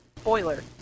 Spoiler